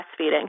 breastfeeding